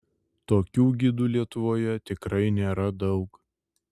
tokių gidų lietuvoje tikrai nėra daug